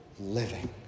living